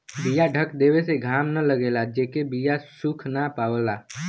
बीया ढक देवे से घाम न लगेला जेसे बीया सुख ना पावला